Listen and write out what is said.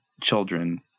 children